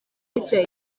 bityo